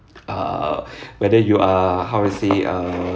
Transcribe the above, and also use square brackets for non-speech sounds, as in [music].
uh [breath] whether you are how to say uh